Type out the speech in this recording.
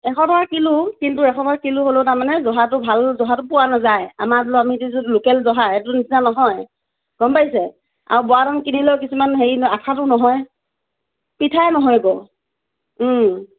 এশ টকা কিলো কিন্তু এশ টকা কিলো হ'লেও তাৰমানে জহাটো ভাল জহাটো পোৱা নাযায় আমাৰ আমি এতিয়া যিটো লোকেল জহা এইটো নিচিনা নহয় গম পাইছে আৰু বৰা ধান কিনিলেও কিছুমান হেৰি আঠাটো নহয় পিঠায়ে নহয় এইটোত ওম